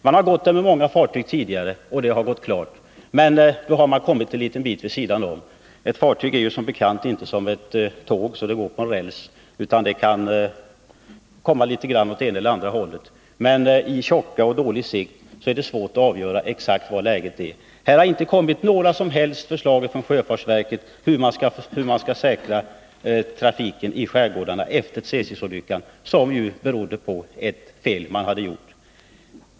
Man har gått där med många fartyg tidigare, och de har gått klara, men då har man kommit en liten bit vid sidan om klacken. Ett fartyg är som bekant inte som ett tåg som går på räls, utan det kan komma litet grand åt ena eller andra hållet. I tjocka och dålig sikt är det svårt att avgöra ett fartygs exakta position. Det har efter Tsesisolyckan, som ju berodde på att ett fel som man hade gjort, inte kommit några som helst förslag från sjöfartsverket om hur man skall göra trafiken i skärgårdarna säker.